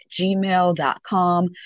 gmail.com